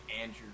Andrew